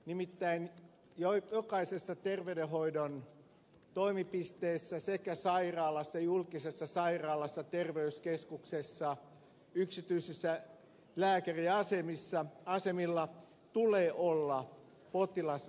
nimittäin jokaisessa terveydenhoidon toimipisteessä sekä sairaalassa julkisessa sairaalassa terveyskeskuksessa että yksityisillä lääkäriasemilla tulee olla potilasasiamies